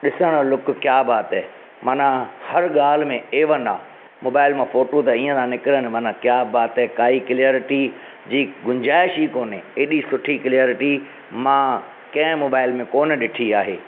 ॾिसणु लुक क्या बात है माना हर ॻाल्हि में ए वन आहे मोबाइल मां फ़ोटू त ईअं ता निकिरनि माना क्या बात है काई क्लैरिटी जी गुंजाइश ई कोन्हे एॾी सुठी क्लैरिटी मां कंहिं मोबाइल में कोन्ह ॾिठी आहे